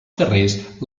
carrers